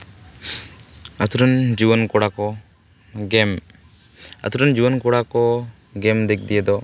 ᱟᱛᱳ ᱨᱮᱱ ᱡᱩᱣᱟᱹᱱ ᱠᱚᱲᱟ ᱠᱚ ᱜᱮᱢ ᱟᱛᱳ ᱨᱮᱱ ᱡᱩᱣᱟᱹᱱ ᱠᱚᱲᱟ ᱠᱚ ᱜᱮᱢ ᱫᱤᱠ ᱫᱤᱭᱮ ᱫᱚ